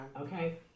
Okay